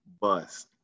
bust